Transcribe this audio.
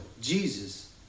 Jesus